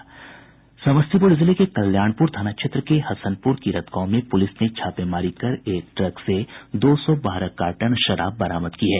समस्तीपुर जिले के कल्याणपुर थाना क्षेत्र के हसनपुर कीरत गांव में पुलिस ने छापेमारी कर एक ट्रक से दो सौ बारह कार्टन शराब बरामद की है